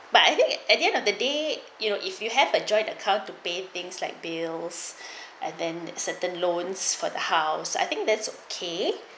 but I think at the end of the day you know if you have a joint account to pay things like bills and then certain loans for the house I think that's okay